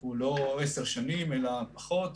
הוא לא עשר שנים אלא פחות.